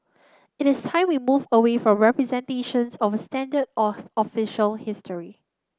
it is time we move away from representations of standard or official history